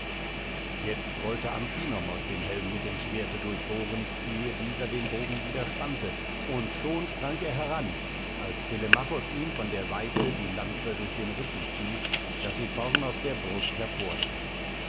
jetzt wollte amphinomos den helden mit dem schwerte durchbohren ehe dieser den bogen wieder spannte und schon sprang er heran als telemachos ihm von der seite die lanze durch den rücken stieß daß sie vorn aus der brust hervordrang